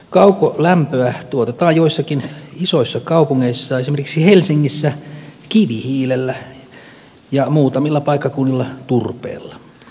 kaukolämpöä tuotetaan joissakin isoissa kaupungeissa esimerkiksi helsingissä kivihiilellä ja muutamilla paikkakunnilla turpeella